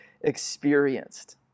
experienced